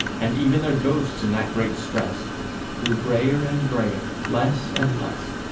and even their ghosts in that great stress grew greyer and greyer, less and less,